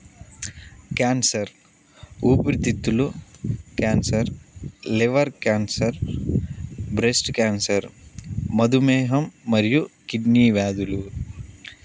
cancer ఊపిరితిత్తులు cancer liver cancer breast cancer మధుమేహం మరియు కిడ్నీ వ్యాధులు